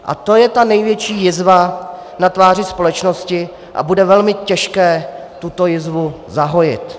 A to je ta největší jizva na tváři společnosti a bude velmi těžké tuto jizvu zahojit.